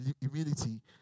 Humility